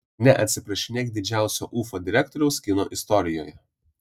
neatsiprašinėk didžiausio ufa direktoriaus kino istorijoje